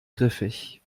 griffig